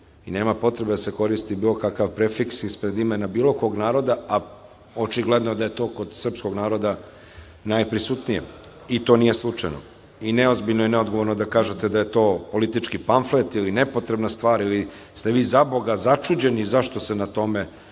Nema potrebe da se koristi bilo kakav prefiks ispred imena bilo kog naroda, a očigledno da je to kod srpskog naroda najprisutnije, i to nije slučajno. Neozbiljno je, neodgovorno da kažete da je to politički panflet ili nepotrebna stvar ili ste vi, zaboga, začuđeni zašto se na tome